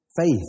faith